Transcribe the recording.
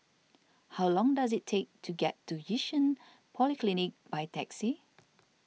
how long does it take to get to Yishun Polyclinic by taxi